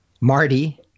Marty